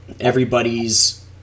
everybody's